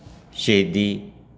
ਸ਼ਹੀਦੀ